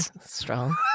Strong